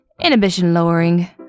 inhibition-lowering